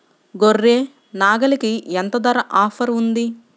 గొర్రె, నాగలికి ఎంత ధర ఆఫర్ ఉంది?